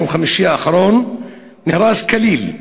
ביום חמישי האחרון נהרס כליל.